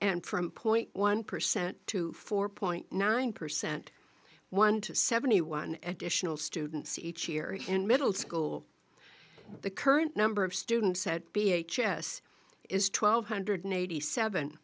and from point one percent to four point nine percent one to seventy one educational students each year in middle school the current number of students at b h s is twelve hundred eighty seven